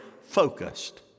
focused